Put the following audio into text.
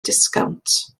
disgownt